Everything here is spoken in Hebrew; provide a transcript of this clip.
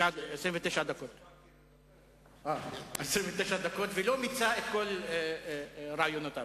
דקות ולא מיצה את כל רעיונותיו.